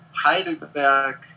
Heidelberg